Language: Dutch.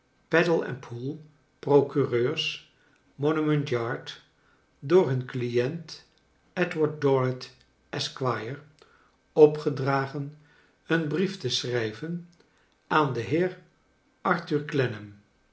procureurs monument yard door hun client edward dorrit esquire opgedragen een brief te schrijven aan den heer